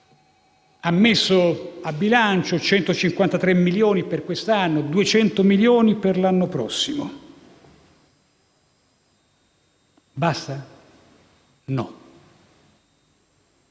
ha messo a bilancio 153 milioni per quest'anno e 200 milioni per l'anno prossimo, ma non